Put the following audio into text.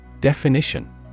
Definition